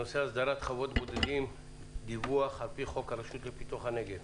הנושא: הסדרת חוות בודדים דיווח על פי חוק הרשות לפיתוח הנגב.